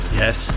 yes